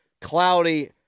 Cloudy